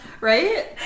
right